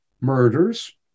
murders